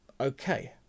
Okay